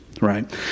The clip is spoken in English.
Right